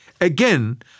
Again